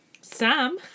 Sam